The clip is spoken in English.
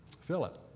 Philip